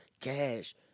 cash